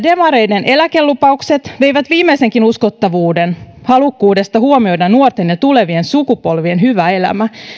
demareiden eläkelupaukset veivät viimeisenkin uskottavuuden halukkuudesta huomioida nuorten ja tulevien sukupolvien hyvä elämä